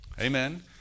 Amen